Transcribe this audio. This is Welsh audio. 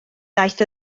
daeth